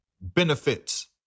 benefits